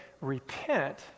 repent